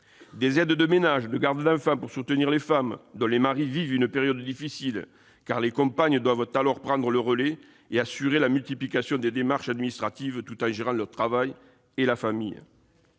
d'aides de ménage, de gardes d'enfants, afin de soutenir les femmes dont les maris vivent une période difficile, car les compagnes doivent alors prendre le relais et faire face à la multiplication des démarches administratives, tout en gérant leur travail et la famille.